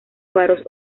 faros